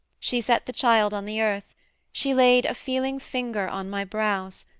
she set the child on the earth she laid a feeling finger on my brows,